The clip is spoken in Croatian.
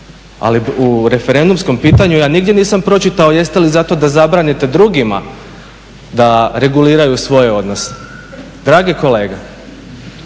Ali u referendumskom pitanju ja nigdje nisam pročitao jeste li za to da zabranite drugima da reguliraju svoje odnose? Dragi kolega